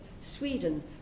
Sweden